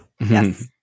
Yes